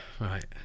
right